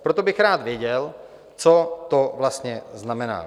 Proto bych rád věděl, co to vlastně znamená.